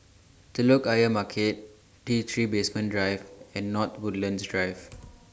Telok Ayer Market T three Basement Drive and North Woodlands Drive